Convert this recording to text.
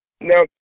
Now